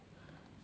orh